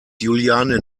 juliane